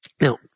Now